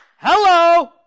Hello